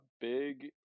big